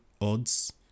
odds